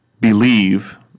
believe